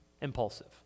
impulsive